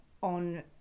on